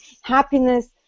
happiness